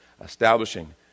establishing